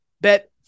Bet